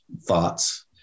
thoughts